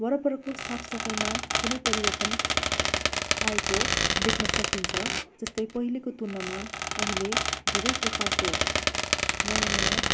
वरपरको साफ सफाइमा कुनै परिवर्तन आएको देख्न सकिन्छ जस्तै पहिलेको तुलनामा अहिले धेरै प्रकारको नयाँ नयाँ